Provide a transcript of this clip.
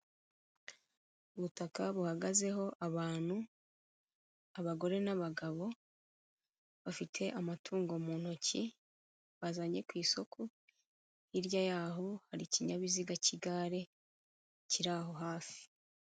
Ubutaka buhagazeho abantu abagore n'abagabo bafite amatungo mu ntoki bazanye ku isoko hirya yaho hari ikinyabiziga cy'igare kiriraho hafi.